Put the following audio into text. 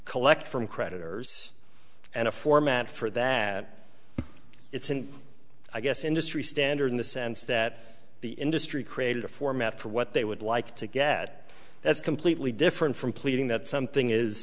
collect from creditors and a format for that it's an i guess industry standard in the sense that the industry created a format for what they would like to get that's completely different from pleading that something is